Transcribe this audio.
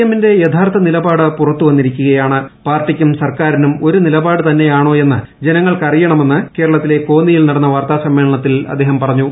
എമ്മിന്റെ യഥാർത്ഥ നിലപാട് പുറത്തുവന്നിരിക്കുകയാണ് പ്രൊർട്ടിക്കും സർക്കാരിനും ഒരു നിലപാട് തന്നെയ്യാണ്ട്രേയെന്ന് ജനങ്ങൾക്കറിയണമെന്ന് കേരളത്തിലെ കോന്നിി്യിൽ നടന്ന വാർത്താസമ്മേളനത്തിൽ അദ്ദേഹം പറഞ്ഞു